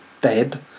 dead